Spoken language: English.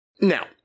Now